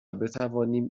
بتوانیم